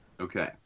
Okay